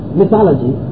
mythology